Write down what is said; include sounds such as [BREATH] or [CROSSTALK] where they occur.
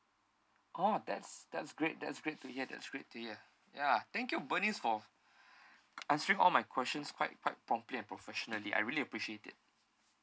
oh that's that's great that's great to hear that's great to hear ya thank you bernice for [BREATH] answering all my questions quite quite promptly and professionally I really appreciate it